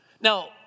Now